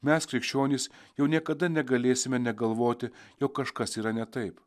mes krikščionys jau niekada negalėsime negalvoti jog kažkas yra ne taip